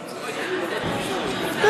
אני לא